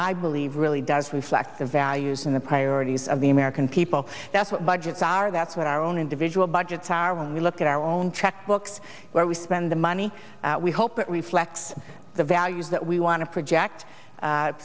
i believe really does conflict the values and the priorities of the american people that's what budgets are that's what our own individual budgets are when we look at our own checkbooks where we spend the money we hope it reflects the values that we want to project